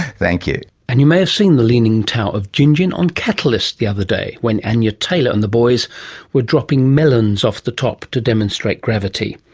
thank you. and you may have seen the leaning tower of gingin on catalyst the other day when and anja taylor and the boys were dropping melons off the top to demonstrate gravity.